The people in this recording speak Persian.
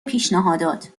پیشنهادات